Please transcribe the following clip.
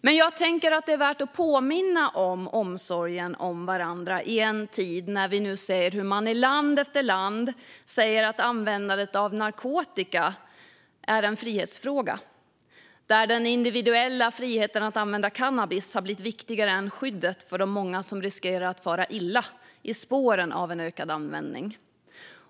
Men jag tycker att det är värt att påminna om omsorgen om varandra i en tid när vi ser hur man i land efter land säger att användandet av narkotika är en frihetsfråga där den individuella friheten att använda cannabis har blivit viktigare än skyddet för de många som riskerar att fara illa i spåren av den ökade användningen.